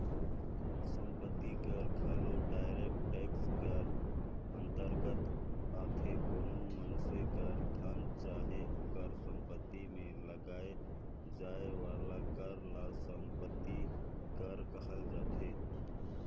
संपत्ति कर घलो डायरेक्ट टेक्स कर अंतरगत आथे कोनो मइनसे कर धन चाहे ओकर सम्पति में लगाए जाए वाला कर ल सम्पति कर कहल जाथे